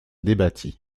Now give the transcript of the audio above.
débattit